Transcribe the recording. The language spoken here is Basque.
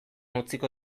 utziko